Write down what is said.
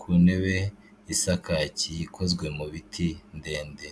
ku ntebe isa kaki ikozwe mu biti ndende.